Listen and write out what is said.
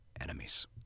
enemies